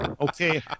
Okay